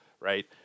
right